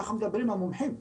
ככה מדברים המומחים.